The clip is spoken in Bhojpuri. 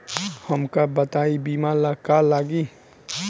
हमका बताई बीमा ला का का लागी?